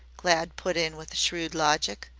glad put in with shrewd logic.